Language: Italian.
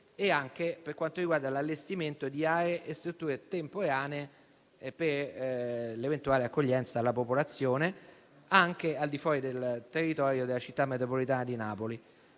di protezione civile e l'allestimento di aree e strutture temporanee per l'eventuale accoglienza della popolazione anche al di fuori del territorio della Città metropolitana di Napoli,